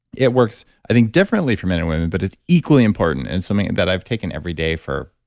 it works, i think differently for men and women, but it's equally important and something that i've taken every day for,